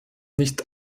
nicht